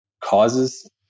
causes